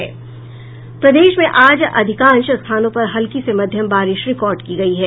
प्रदेश में आज अधिकांश स्थानों पर हल्की से मध्यम बारिश रिकॉर्ड की गयी है